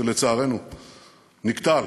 שלצערנו נקטל.